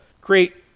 create